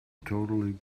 totally